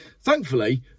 Thankfully